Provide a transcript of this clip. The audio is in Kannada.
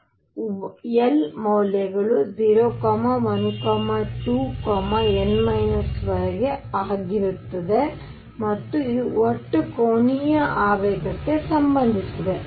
ಆದ್ದರಿಂದ l ಮೌಲ್ಯಗಳು 0 1 2 n 1 ವರೆಗೆ ಆಗಿರುತ್ತದೆ ಮತ್ತು ಇದು ಒಟ್ಟು ಕೋನೀಯ ಆವೇಗಕ್ಕೆ ಸಂಬಂಧಿಸಿದೆ